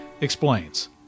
explains